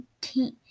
team